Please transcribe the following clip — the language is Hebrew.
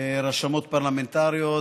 רשמות פרלמנטריות,